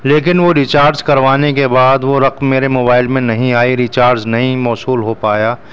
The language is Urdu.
لیکن وہ ڑیچارج کروانے کے بعد وہ رقم میرے موبائل میں نہیں آئی ریچارج نہیں موصول ہو پایا